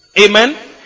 Amen